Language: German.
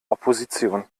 opposition